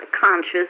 conscious